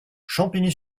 champigny